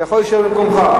אתה יכול להישאר במקומך.